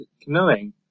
canoeing